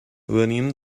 venim